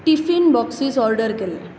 tiffin boxes order केल्ले